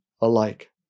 alike